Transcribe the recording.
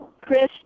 Chris